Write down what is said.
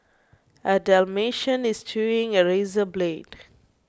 a dalmatian is chewing a razor blade